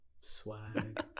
Swag